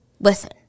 Listen